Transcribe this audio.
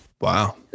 Wow